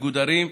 מגודרים,